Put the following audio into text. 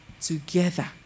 together